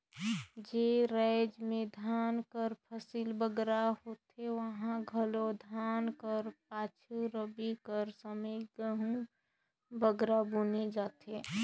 जेन राएज में धान कर फसिल बगरा होथे उहां घलो धान कर पाछू रबी कर समे गहूँ बगरा बुनल जाथे